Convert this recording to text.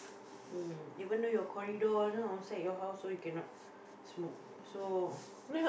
mm even though your corridor you know outside your house also you cannot smoke